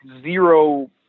zero